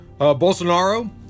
Bolsonaro